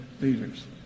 leaders